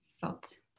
felt